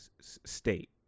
state